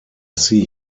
see